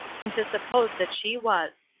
and to suppose that she was.